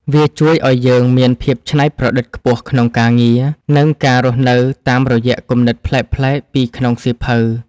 វាជួយឱ្យយើងមានភាពច្នៃប្រឌិតខ្ពស់ក្នុងការងារ និងការរស់នៅតាមរយៈគំនិតប្លែកៗពីក្នុងសៀវភៅ។